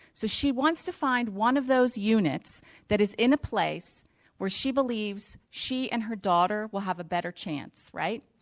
so she wants to find one of those units that is in a place where she believes she and her daughter will have a better chance, right?